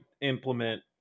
implement